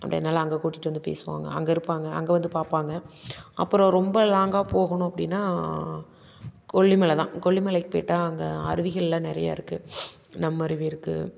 அப்படினால அங்கே கூட்டிகிட்டு வந்து பேசுவாங்க அங்கே இருப்பாங்க அங்கே வந்து பார்ப்பாங்க அப்புறம் ரொம்ப லாங்காக போகணும் அப்படின்னா கொல்லிமலை தான் கொல்லிமலைக்குப் போயிட்டால் அங்கே அருவிகளெலாம் நிறைய இருக்குது நம்மருவி இருக்குது